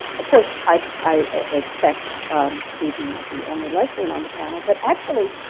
of course i expect to be the the only lesbian on the panel, but actually,